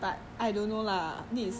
so around choa chu kang [one] uh